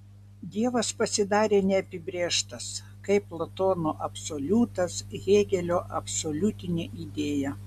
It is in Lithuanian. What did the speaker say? dievas pasidarė neapibrėžtas kaip platono absoliutas hėgelio absoliutinė idėja